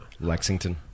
Lexington